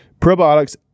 probiotics